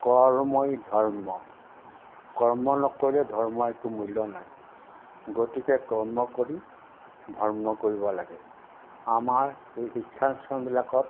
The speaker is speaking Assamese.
কৰ্মই ধৰ্ম কৰ্ম নকৰিলে ধৰ্ম একো মূল্য নাই গতিকে কৰ্ম কৰি ধৰ্ম কৰিব লাগে আমাৰ সেই শিক্ষাঞ্চলবিলাকত